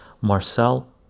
Marcel